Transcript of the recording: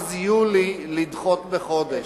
מאז יולי לדחות בחודש.